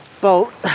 boat